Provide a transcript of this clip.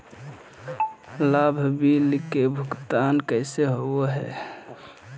लाभ बिल के भुगतान कैसे होबो हैं?